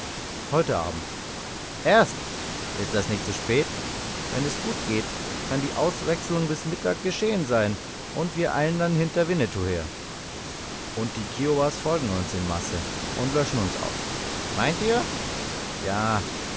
heute abend erst ist das nicht zu spät wenn es gut geht kann die auswechslung bis mittag geschehen sein und wir eilen dann hinter winnetou her und die kiowas folgen uns in masse und löschen uns aus meint ihr ja